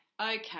okay